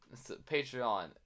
Patreon